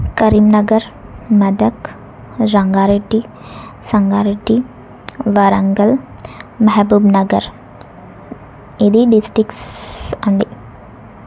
కరీంనగర్ మెదక్ రంగారెడ్డి సంగారెడ్డి వరంగల్ మెహబూబ్నగర్ ఇది డిష్టిక్స్ అండి